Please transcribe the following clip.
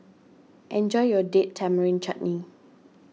enjoy your Date Tamarind Chutney